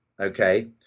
okay